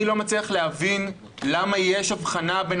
אני לא מצליח להבין למה יש הבחנה בין